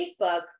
Facebook